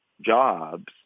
jobs